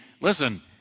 listen